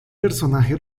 personaje